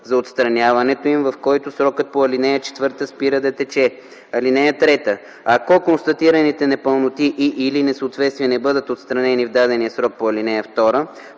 за отстраняването им, в който срокът по ал. 4 спира да тече. (3) Ако констатираните непълноти и/или несъответствия не бъдат отстранени в дадения срок по ал. 2,